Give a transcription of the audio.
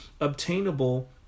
obtainable